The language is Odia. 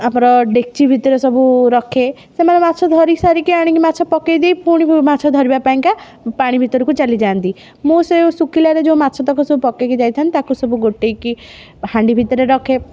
ଆମର ଡେକଚି ଭିତରେ ସବୁ ରଖେ ସେମାନେ ମାଛ ଧରି ସାରିକି ଆଣିକି ମାଛ ପକେଇଦେଇ ପୁଣି ମାଛ ଧରିବା ପାଇଁକା ପାଣି ଭିତରୁ କୁ ଚାଲି ଯାଆନ୍ତି ମୁଁ ସେଉ ଶୁଖିଲାରେ ଯେଉଁ ମାଛ ତକ ସବୁ ପକେଇକି ଯାଇଥାନ୍ତି ତା'କୁ ସବୁ ଗୋଟେଇକି ହାଣ୍ଡି ଭିତରେ ରଖେ